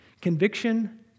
Conviction